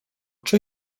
czy